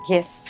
Yes